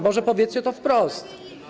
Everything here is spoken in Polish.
Może powiedzcie to wprost.